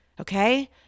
Okay